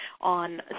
on